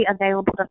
available